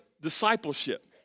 discipleship